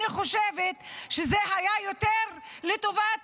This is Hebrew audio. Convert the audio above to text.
אני חושבת שזה היה אפילו יותר לטובת